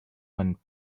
one